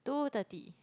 two thirty